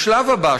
בשלב הבא,